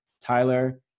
Tyler